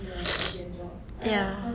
ya